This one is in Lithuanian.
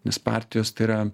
nes partijos tai yra